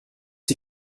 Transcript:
sie